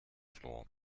floor